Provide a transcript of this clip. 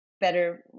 better